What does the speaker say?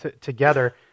together